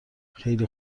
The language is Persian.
خیلی